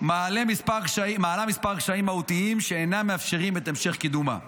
מעלה כמה קשיים מהותיים שאינם מאפשרים את המשך קידומה.